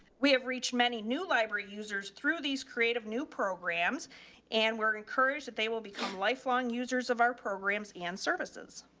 we have reached many new library users through these creative new programs and we're encouraged that they will become lifelong users of our programs and services.